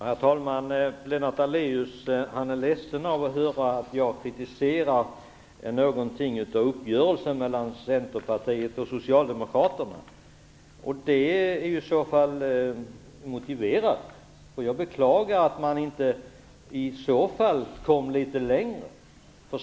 Herr talman! Lennart Daléus är ledsen över att höra att jag kritiserar något i uppgörelsen mellan Centerpartiet och Socialdemokraterna. Det är i så fall motiverat att jag gör det. Jag beklagar att man inte kom längre.